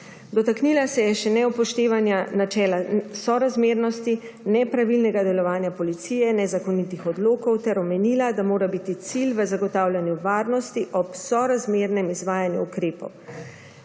Dotaknila se je še neupoštevanja načela sorazmernosti, nepravilnega delovanja policije, nezakonitih odlokov ter omenila, da mora biti cilj v zagotavljanju varnosti ob sorazmernem izvajanju ukrepov.